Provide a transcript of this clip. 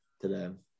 today